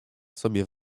sobie